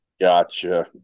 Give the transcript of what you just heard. Gotcha